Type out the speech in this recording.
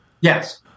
Yes